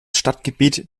stadtgebiet